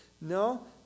No